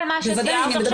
בבקשה.